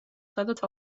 სადაც